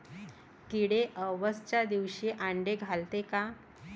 किडे अवसच्या दिवशी आंडे घालते का?